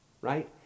right